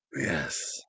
Yes